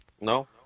No